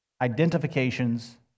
identifications